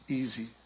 easy